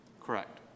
Correct